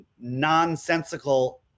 nonsensical